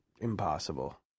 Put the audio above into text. impossible